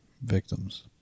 victims